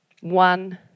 one